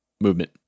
movement